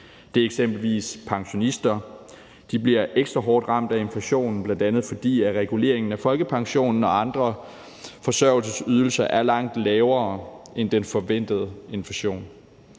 Det er eksempelvis pensionister. De bliver ekstra hårdt ramt af inflationen, bl.a. fordi reguleringen af folkepensionen og andre forsørgelsesydelser er langt lavere end den forventede inflation,